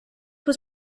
was